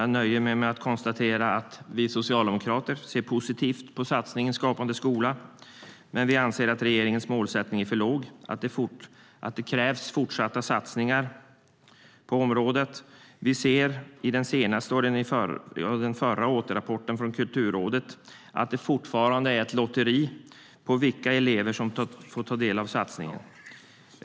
Jag nöjer mig därför med att konstatera att vi socialdemokrater ser positivt på satsningen Skapande skola men att vi anser att regeringens målsättning är för låg och att det krävs fortsatta satsningar på området.